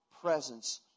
presence